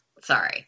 Sorry